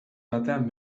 batean